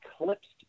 eclipsed